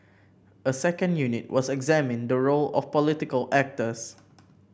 a second unit was examining the role of political actors